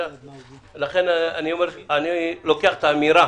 לכן אני לוקח את האמירה